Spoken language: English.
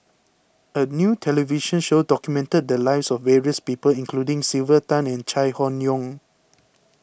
a new television show documented the lives of various people including Sylvia Tan and Chai Hon Yoong